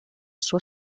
sua